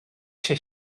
się